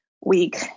week